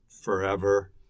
forever